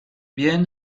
bien